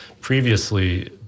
previously